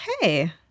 Hey